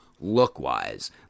look-wise